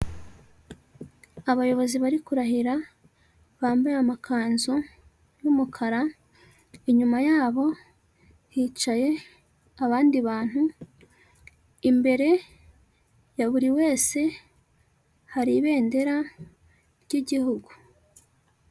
Abayobozi bari kurahira, bambaye amakanzu y'umukara, inyuma yabo hicaye abandi bantu, imbere ya buri wese hari ibendera ry'igihugu.